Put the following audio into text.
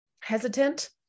hesitant